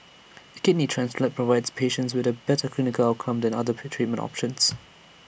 A kidney transplant provides patients with A better clinical outcome than other treatment options